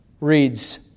reads